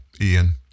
Ian